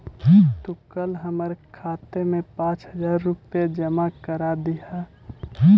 तू कल हमर खाते में पाँच हजार रुपए जमा करा दियह